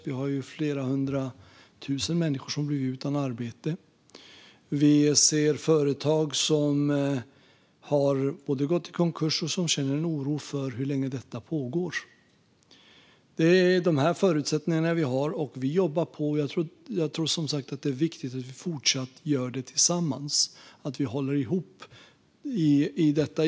Vi har flera hundra tusen löntagare som har blivit utan arbete, och vi har företagare som har gått i konkurs och som känner en oro över hur länge detta pågår. Det är dessa förutsättningar vi har. Vi jobbar på, och jag tror som sagt att det är viktigt att vi fortsätter att göra det tillsammans och håller ihop i detta.